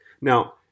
Now